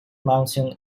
mountain